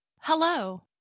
Hello